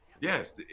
yes